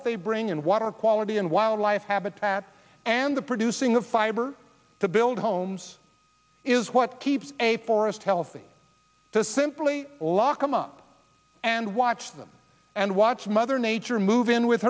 that they bring in water quality and wildlife habitat and the producing the fiber to build homes is what keeps a forest healthy to simply lock them up and watch them and watch mother nature move in with